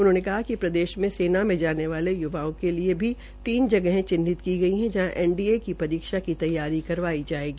उन्होंने बताया कि प्रदेश मे सेना मे जाने वाले युवाओं के लिए भी तीन जगहें चिन्हित की गई है जहां एनडीए की परीक्षा की तैयारी करवाई जायेगी